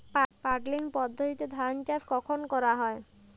Puddling পদ্ধতিতে ধান চাষ কখন করা হয়?